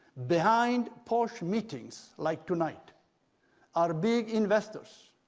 behind posh meetings like tonight are big investors,